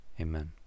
Amen